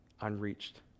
unreached